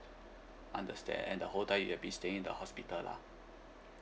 understand and the whole time you had been staying in the hospital lah